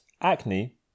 acne